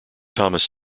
thomas